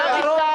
אתה לא עשית.